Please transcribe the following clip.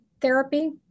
therapy